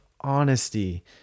honesty